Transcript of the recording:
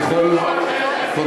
אני